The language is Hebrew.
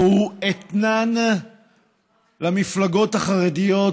והוא אתנן למפלגות החרדיות